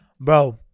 Bro